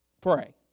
pray